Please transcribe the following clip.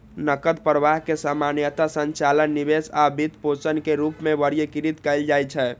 नकद प्रवाह कें सामान्यतः संचालन, निवेश आ वित्तपोषण के रूप मे वर्गीकृत कैल जाइ छै